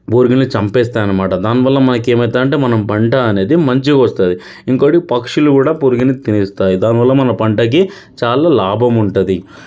పురుగుని చెంపేస్తాయి అన్నమాట దానివల్ల మనకి ఏమైతుంది అంటే మనం పంట అనేది మంచిగా వస్తుంది ఇంకోకటి పక్షులు కూడా పురుగుని తినేస్తాయి దానివల్ల మన పంటకి చాలా లాభం ఉంటుంది